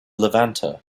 levanter